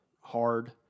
hard